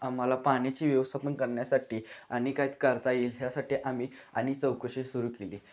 आम्हाला पाण्याची व्यवस्थापन करण्यासाठी आणि काहीत करता येईल ह्यासाठी आम्ही आणि चौकशी सुरू केली